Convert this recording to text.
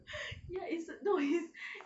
ya is it no his